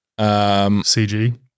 CG